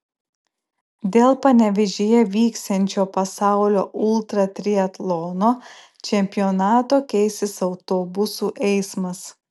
dėl panevėžyje vyksiančio pasaulio ultratriatlono čempionato keisis autobusų eismas